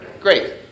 great